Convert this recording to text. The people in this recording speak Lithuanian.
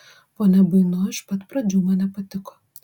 ponia buino iš pat pradžių man nepatiko